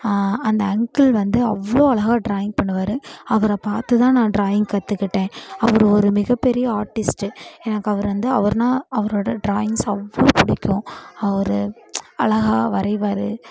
அந்த அங்குள் வந்து அவ்வளோ அழகாக டிராயிங் பண்ணுவார் அவரை பார்த்து தான் நான் டிராயிங் கற்றுக்கிட்டேன் அவர் ஒரு மிகப்பெரிய ஆர்டிஸ்ட்டு எனக்கு அவர் வந்து அவர்னால் அவரோடய ட்ராயிங்ஸ் அவ்வளோ பிடிக்கும் அவர் அழகாக வரைவார்